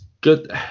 good